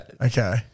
Okay